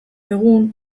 egun